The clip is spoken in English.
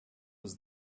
was